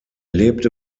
lebte